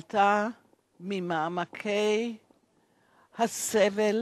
עלתה ממעמקי הסבל